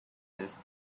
this